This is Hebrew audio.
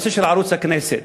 הנושא של ערוץ הכנסת.